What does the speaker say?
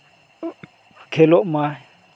ᱠᱷᱮᱹᱞᱳᱜ ᱢᱟ